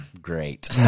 great